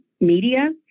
media